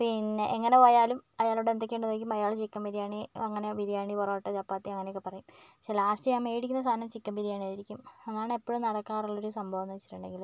പിന്നെ എങ്ങനെ പോയാലും അയാളോട് എന്തൊക്കെയുണ്ടെന്ന് ചോദിക്കുമ്പോൾ അയാള് ചിക്കൻ ബിരിയാണി അങ്ങനെ ബിരിയാണി പൊറോട്ട ചപ്പാത്തി അങ്ങനൊക്കെ പറയും പക്ഷെ ലാസ്റ്റ് ഞാൻ മേടിക്കുന്ന സാധനം ചിക്കൻ ബിരിയാണി ആയിരിക്കും അതാണ് എപ്പൊഴും നടക്കാറുള്ളൊരു സംഭവമെന്ന് വെച്ചിട്ടുണ്ടെങ്കില്